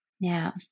Now